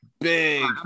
big